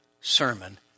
sermon